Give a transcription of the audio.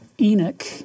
Enoch